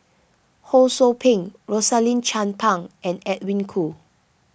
Ho Sou Ping Rosaline Chan Pang and Edwin Koo